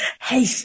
Hey